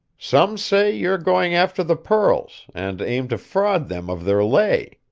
some say you're going after the pearls, and aim to fraud them of their lay.